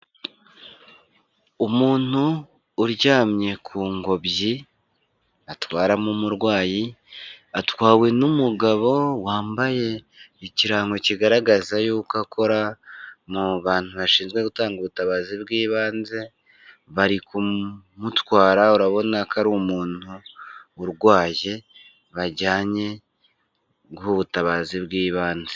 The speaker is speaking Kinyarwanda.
Umuntu uryamye ku ngobyi, batwaramo umurwayi, atwawe n'umugabo wambaye ikirango kigaragaza yuko akora mu bantu bashinzwe gutanga ubutabazi bw'ibanze, bari kumutwara, urabona ko ari umuntu urwaye, bajyanye guha ubutabazi bw'ibanze.